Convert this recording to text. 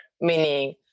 meaning